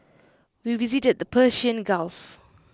we visited the Persian gulf